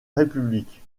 république